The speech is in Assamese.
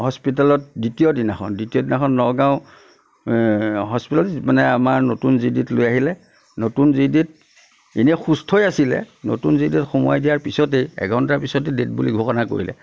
হস্পিতালত দ্বিতীয় দিনাখন দ্বিতীয় দিনাখন নগাঁও হস্পিতালত মানে আমাৰ নতুন জি দিত লৈ আহিলে নতুন জি দিত এনেই সুস্থই আছিলে নতুন জি দিত সোমাই দিয়াৰ পিছতেই এঘণ্টা পিছতে ডেড বুলি ঘোষণা কৰিলে